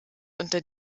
unter